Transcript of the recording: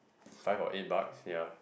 five or eight bucks ya